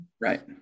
Right